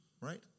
Right